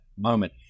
moment